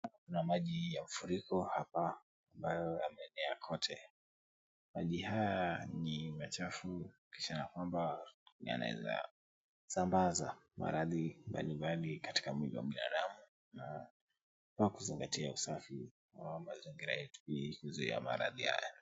Kuna maji ya mfuriko hapa ambayo yameenea kote. Maji haya ni machafu kisha ya kwamba yanaweza sambaza maradhi mbalimbali katika mwili wa binadamu na ni poa kuzingatia usafu wa mazingira yetu ili kuzuia maradhi haya.